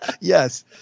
Yes